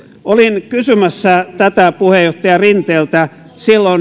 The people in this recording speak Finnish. olin kysymässä tätä puheenjohtaja rinteeltä silloin